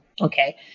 Okay